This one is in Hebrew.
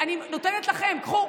אני נותנת לכם, קחו,